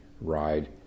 ride